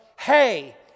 hey